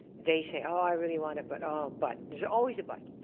they say, oh, i really want it, but, oh, but, there's always a but.